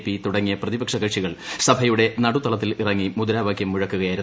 P തുടങ്ങിയ പ്രതിപക്ഷ കക്ഷികൾ സഭയുടെ നടുത്തളത്തിലിറങ്ങി മുദ്രാവാകൃം മുഴക്കുകയായിരുന്നു